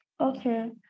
Okay